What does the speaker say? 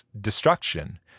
destruction